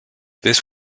this